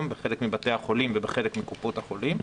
בחלק מבתי-החולים ובחלק מקופות החולים.